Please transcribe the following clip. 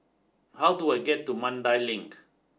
how do I get to Mandai Link